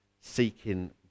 seeking